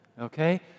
okay